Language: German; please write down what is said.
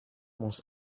muss